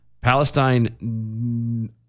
Palestine